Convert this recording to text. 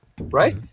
right